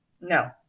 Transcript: No